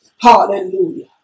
Hallelujah